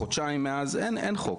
חודשיים מאז אין חוק.